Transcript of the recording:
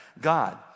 God